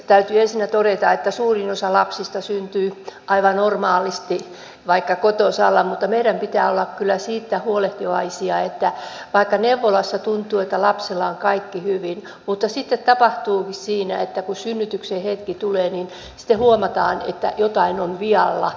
täytyy ensinnä todeta että suurin osa lapsista syntyy aivan normaalisti vaikka kotosalla mutta meidän pitää olla kyllä siitä huolehtivaisia että vaikka neuvolassa tuntuu että lapsella on kaikki hyvin niin sitten tapahtuukin että kun synnytyksen hetki tulee niin huomataan että jotain on vialla